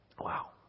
Wow